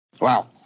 Wow